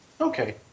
Okay